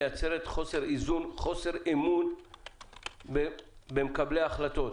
מייצרת חוסר אמון במקבלי ההחלטות.